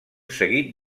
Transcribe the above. seguit